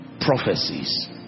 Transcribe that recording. prophecies